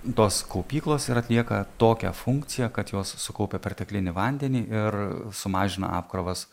tos kaupyklos ir atlieka tokią funkciją kad jos sukaupia perteklinį vandenį ir sumažina apkrovas